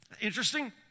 Interesting